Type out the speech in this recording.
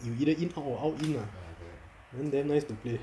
you either in out or out in ah there damn nice to play